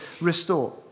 restore